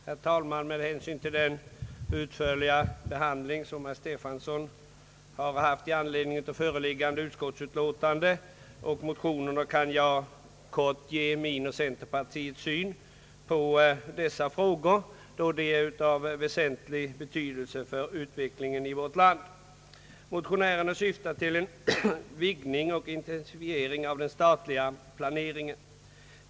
Herr talman! Med hänsyn till den utförliga behandling som herr Stefanson ägnat föreliggande <utskottsutlåtande kan jag kort ge min och centerpartiets syn på dessa frågor, som är av väsentlig betydelse för utvecklingen i vårt land. Motionärerna syftar till en vidgning och intensifiering av den statliga planeringen.